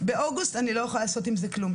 באוגוסט אנחנו לא יכולים לעשות עם זה כלום.